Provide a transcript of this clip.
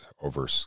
over